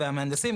והמהנדסים,